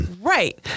Right